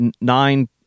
nine